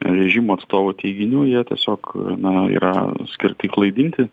režimo atstovų teiginių jie tiesiog na yra skirti klaidinti